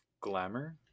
glamour